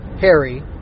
Harry